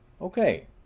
Okay